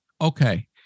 okay